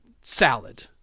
salad